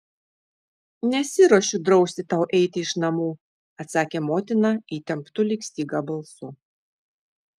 nesiruošiu drausti tau eiti iš namų atsakė motina įtemptu lyg styga balsu